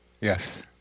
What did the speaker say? yes